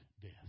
death